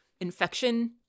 infection